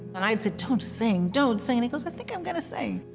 and i'd said, don't sing, don't sing. and he goes, i think i'm going to sing.